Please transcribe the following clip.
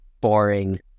boring